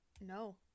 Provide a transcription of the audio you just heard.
no